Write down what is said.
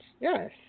Yes